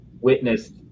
witnessed